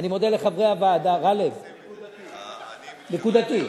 אני מודה לחברי הוועדה, תשבחת נקודתית.